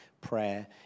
Prayer